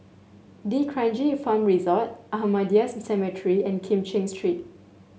D'Kranji Farm Resort Ahmadiyya's Cemetery and Kim Cheng Street